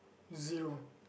zero